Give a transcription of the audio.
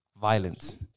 violence